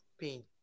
pain